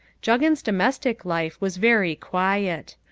juggins' domestic life was very quiet.